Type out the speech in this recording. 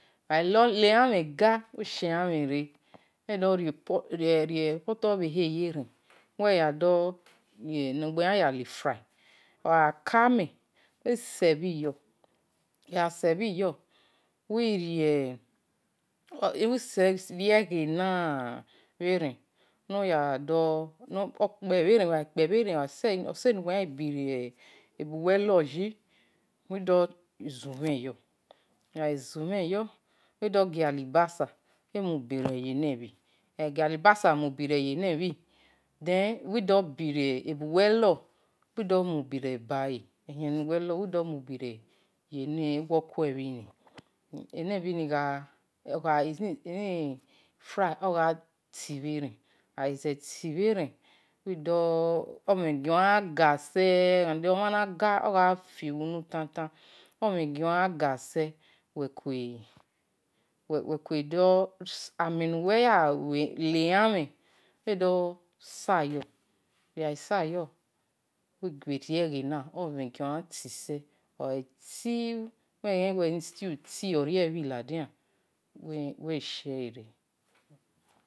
Agha-le-elamhen ga-wi-shien wi doh ri potu obhe-he yere uwi kpe ogha-ika uwi-sebhi yo wirie ghena-bhe-ren ogho zekpe uwido-zumhen yo, uwi gha zumhen-yo-fo wi-do-gia-alubasa go then ebu-uwe-lor uwi-do-mubire-bale ebu-welor, eni-bhi gha eni-fry gha-tee bhe-ren oghatee, wi-ghio ga ramude omhan-na ga ogh-fibhu-unu kain kain omhen egi-oyan gha seee we-kue amen nuwe gha-sayo uwi-rie ghe na oghaze tee uwi-ghi zen eni-stew tee ori-ebhi ladian wi-shie-re.